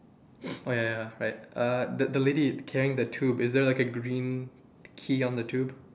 oh ya ya right uh the lady carrying the tube is there like a green key on the tube